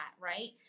right